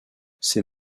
ces